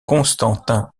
constantin